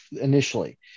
initially